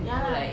ya lah